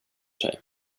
sig